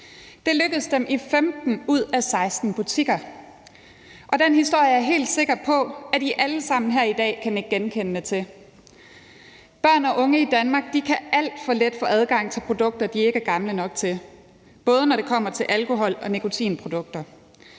Det lykkedes dem i 15 ud af 16 butikker. Den historie er jeg helt sikker på at I alle sammen her i dag kan nikke genkendende til. Børn og unge i Danmark kan alt for let få adgang til produkter, de ikke er gamle nok til, både når det kommer til alkohol og til nikotinprodukter.